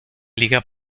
liga